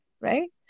right